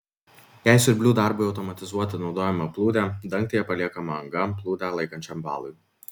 jei siurblių darbui automatizuoti naudojama plūdė dangtyje paliekama anga plūdę laikančiam valui